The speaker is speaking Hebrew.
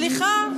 סליחה.